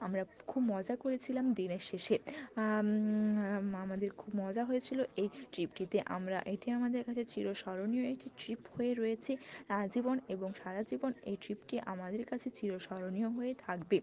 আমরা খুব মজা করেছিলাম দিনের শেষে আমাদের খুব মজা হয়েছিলো এই ট্রিপটিতে আমরা এটি আমাদের কাছে চির স্মরণীয় একটি ট্রিপ হয়ে রয়েছে আজীবন এবং সারা জীবন এই ট্রিপটি আমাদের কাছে চির স্মরণীয় হয়ে থাকবে